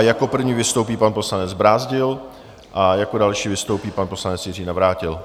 Jako první vystoupí pan poslanec Brázdil a jako další vystoupí pan poslanec Jiří Navrátil.